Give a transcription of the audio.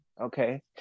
okay